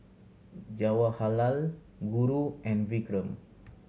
Jawaharlal Guru and Vikram